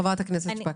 חברת הכנסת שפק.